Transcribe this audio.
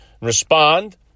respond